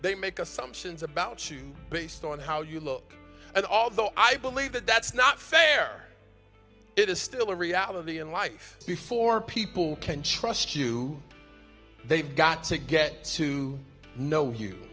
they make assumptions about you based on how you look and although i believe that that's not fair it is still a reality in life before people can trust you they've got to get to know you